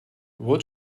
what